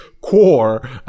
core